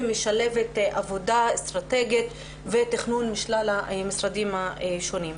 שמשלבת עבודה אסטרטגית ותכנון עם שלל המשרדים השונים.